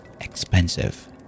expensive